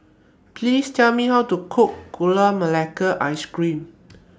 Please Tell Me How to Cook Gula Melaka Ice Cream